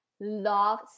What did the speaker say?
love